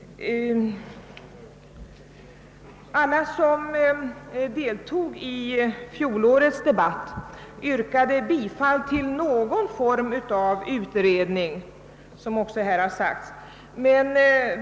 Alla som deltog i fjolårets debatt yrkade, som det redan sagts, bifall till någon form av utredning.